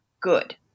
good